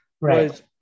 right